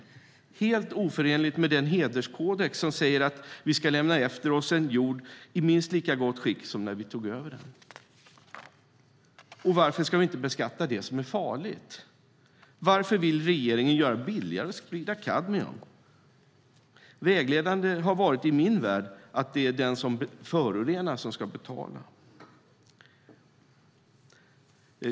Giftspridningen är helt oförenlig med den hederskodex som säger att vi ska lämna efter oss en jord i minst lika gott skick som när vi tog över den. Varför ska vi inte beskatta det som är farligt? Varför vill regeringen göra det billigare att sprida kadmium? Vägledande i min värld har varit att den som förorenar ska betala.